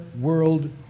world